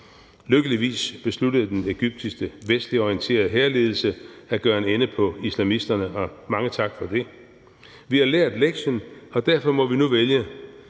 Lykkeligvis besluttede den egyptiske vestligt orienterede hærledelse at gøre en ende på islamisterne, og mange tak for det. Vi har lært lektien, og derfor må vi nu vælge: